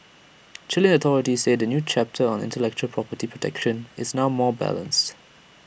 Chilean authorities say the new chapter on intellectual property protection is now more balanced